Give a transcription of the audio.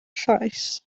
llaes